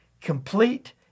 complete